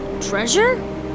Treasure